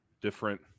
different